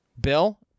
Bill